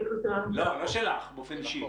על-פי הקריטריונים של החוק.